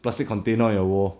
plastic container on your wall